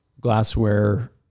glassware